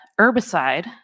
herbicide